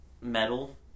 metal